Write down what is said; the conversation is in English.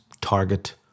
Target